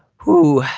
who.